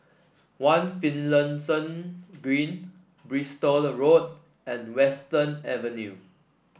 One Finlayson Green Bristol Road and Western Avenue